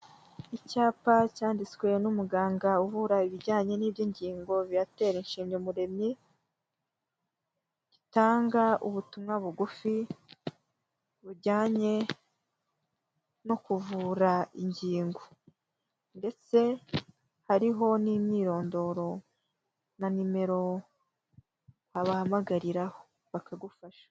Icyapa cyanditswe n'umuganga uvura ibijyanye n'iby'ingingo Viateur Nshimyumuremyi, gitanga ubutumwa bugufi bujyanye no kuvura ingingo ndetse hariho n'imyirondoro na nimero wabahamagariraho bakagufasha.